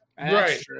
Right